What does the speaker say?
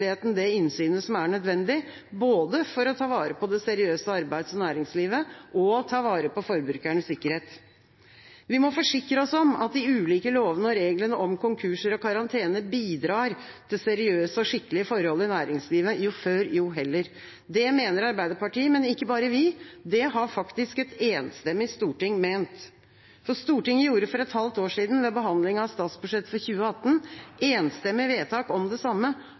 offentligheten det innsynet som er nødvendig, både for å ta vare på det seriøse arbeids- og næringslivet og for å ta vare på forbrukernes sikkerhet. Vi må forsikre oss om at de ulike lovene og reglene om konkurser og karantene bidrar til seriøse og skikkelige forhold i næringslivet – jo før, jo heller. Det mener Arbeiderpartiet, men ikke bare vi – det har faktisk et enstemmig storting ment. Stortinget gjorde for et halvt år siden, ved behandlingen av statsbudsjettet for 2018, enstemmig vedtak om det